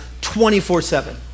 24-7